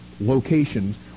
locations